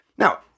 Now